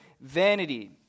vanity